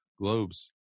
globes